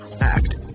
act